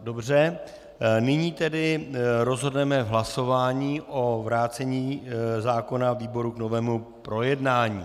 Dobře, nyní tedy rozhodneme v hlasování o vrácení zákona výboru k novému projednání.